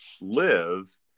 live